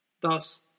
Thus